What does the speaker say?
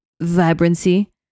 vibrancy